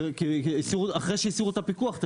אחרי שהסירו את הפיקוח.